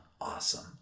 awesome